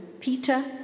Peter